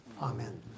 Amen